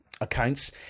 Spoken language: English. accounts